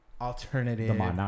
Alternative